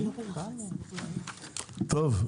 טוב,